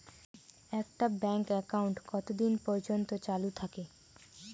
একটা bank account কতদিন পর্যন্ত চালু থাকে?